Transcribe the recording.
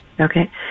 Okay